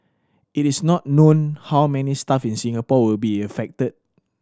it is not known how many staff in Singapore will be affected